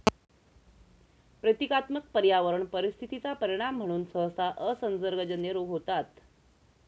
प्रतीकात्मक पर्यावरणीय परिस्थिती चा परिणाम म्हणून सहसा असंसर्गजन्य रोग होतात